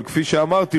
אבל כפי שאמרתי,